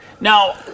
Now